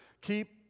Keep